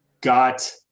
got